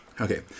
okay